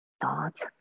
thoughts